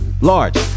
Large